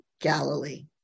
Galilee